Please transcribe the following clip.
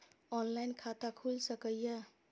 Online खाता खुल सके ये?